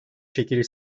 şekeri